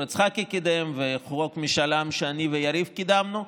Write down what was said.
יצחקי קידם ולחוק משאל עם שיריב ואני קידמנו,